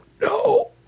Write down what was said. no